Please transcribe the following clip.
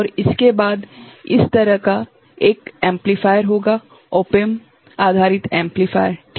और उसके बाद इस तरह एक एम्पलीफायर होगा ऑप एम्प आधारित एम्पलीफायर ठीक हैं